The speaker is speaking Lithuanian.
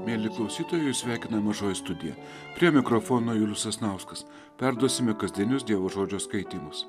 mieli klausytojai jus sveikina mažoji studija prie mikrofono julius sasnauskas perduosime kasdienius dievo žodžio skaitymus